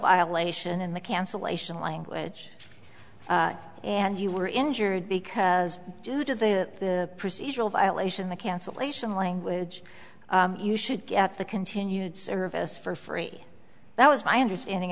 violation in the cancellation language and you were injured because due to the procedural violation the cancellation language you should get the continued service for free that was my understanding